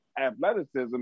athleticism